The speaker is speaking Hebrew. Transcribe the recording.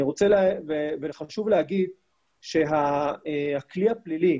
חשוב לומר שהכלי הפלילי,